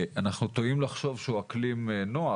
אנחנו טועים לחשוב שהוא אקלים נוח,